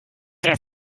der